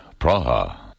Praha